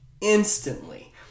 instantly